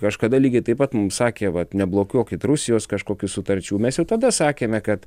kažkada lygiai taip pat mums sakė vat neblokuokit rusijos kažkokių sutarčių mes jau tada sakėme kad